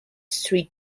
street